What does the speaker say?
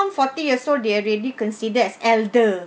forty years old they're already considered as elder